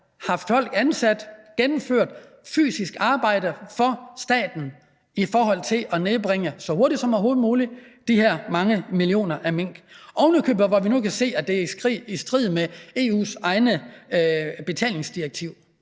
haft folk ansat, altså gennemført et fysisk arbejde for staten for så hurtigt som overhovedet muligt at nedslagte de her mange millioner af mink? Ovenikøbet kan vi nu se, at det er i strid med EU's eget betalingsdirektiv.